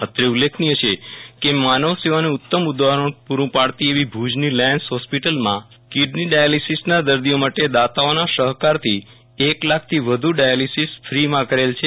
અત્રે ઉલ્લેખનીય છે કે માનવસેવાનું ઉત્તમ ઉદાહરણ પુરું પાડતી એવી ભુજની લાયન્સ હોસ્પિટલમાં કિડની ડાયાલીસીસના દર્દીઓ માટે દાતાઓના સહકારથી એક લાખથી વધુ ડાયાલીસીસ ફીમાં કરેલ છે